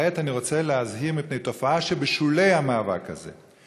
כעת אני רוצה להזהיר מפני תופעה שבשולי המאבק הזה.